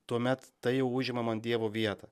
tuomet tai jau užima man dievo vietą